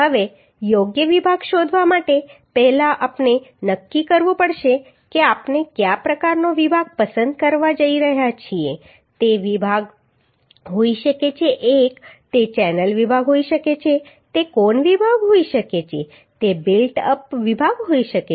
હવે યોગ્ય વિભાગ શોધવા માટે પહેલા આપણે નક્કી કરવું પડશે કે આપણે કયા પ્રકારનો વિભાગ પસંદ કરવા જઈ રહ્યા છીએ તે I વિભાગ હોઈ શકે છે તે ચેનલ વિભાગ હોઈ શકે છે તે કોણ વિભાગ હોઈ શકે છે તે બિલ્ટ અપ વિભાગ હોઈ શકે છે